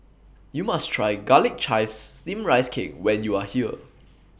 YOU must Try Garlic Chives Steamed Rice Cake when YOU Are here